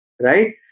right